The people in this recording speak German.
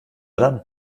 dann